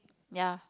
ya